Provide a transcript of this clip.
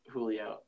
Julio